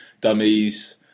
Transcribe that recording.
dummies